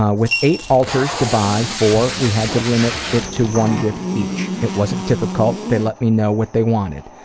ah with eight alters to buy for we had to limit it to one gift each. it wasn't difficult they let me know what they wanted.